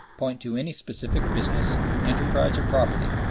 point to any specific business, enterprise, or property,